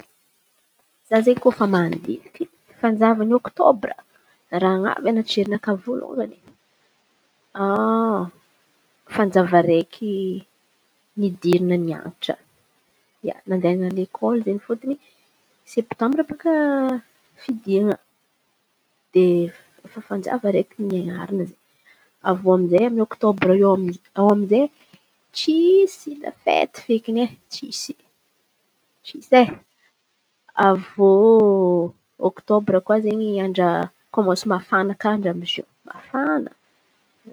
Oktôbra fanjava io izen̈y midika aminakà efa ho tapitry taôno e kôfa avy eo. Efa fanjava roa tavela dia avy eo amizay le tônga anaty jerinakà amizay amizio tsy dia misy raha lôatra izen̈y aô somary tsisy tsisy fety meky meky.